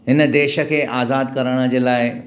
हिन देश खे आज़ादु करण जे लाइ